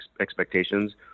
expectations